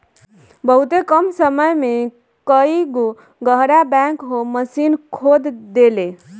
बहुते कम समय में कई गो गड़हा बैकहो माशीन खोद देले